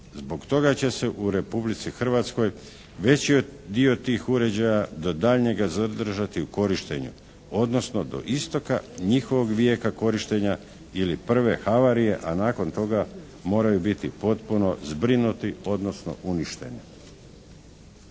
Zbog toga će se u Republici Hrvatskoj veći dio tih uređaja do daljnjega zadržati u korištenju, odnosno do isteka njihovog vijeka korištenja ili prve havarije, a nakon toga moraju biti potpuno zbrinuti odnosno uništeni.